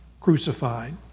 crucified